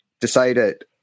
decided